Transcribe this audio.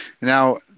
Now